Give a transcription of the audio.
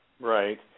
Right